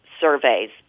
surveys